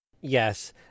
Yes